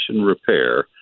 Repair